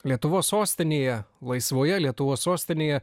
lietuvos sostinėje laisvoje lietuvos sostinėje